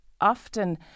often